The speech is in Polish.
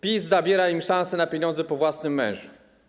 PiS zabiera im szansę na pieniądze po własnym mężu.